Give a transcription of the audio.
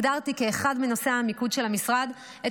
הגדרתי כאחד מנושאי המיקוד של המשרד את